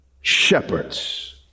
shepherds